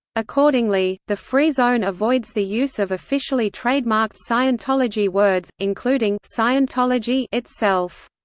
accordingly, the free zone avoids the use of officially trademarked scientology words, including scientology itself.